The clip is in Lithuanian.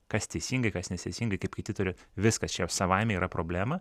kas teisingai kas neteisingai kaip kiti turi viskas čia savaime yra problema